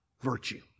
virtue